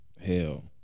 hell